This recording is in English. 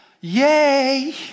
Yay